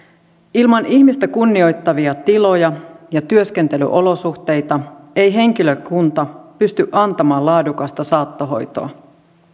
ilman ihmistä kunnioittavia tiloja ja työskentelyolosuhteita ei henkilökunta pysty antamaan laadukasta saattohoitoa